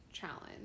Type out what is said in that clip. Challenge